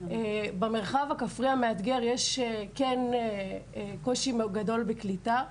במרחב הכפרי המאתגר יש כן קושי גדול בקליטה.